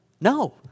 No